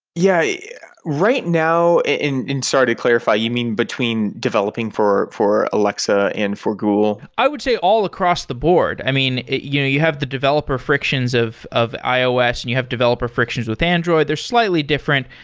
yeah yeah. right now sorry to clarify. you mean between developing for for alexa and for google? i would say all across the board. i mean, you you have the developer frictions of of ios and you have developer frictions with android. they're slightly different.